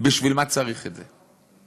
בשביל מה צריך את זה?